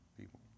people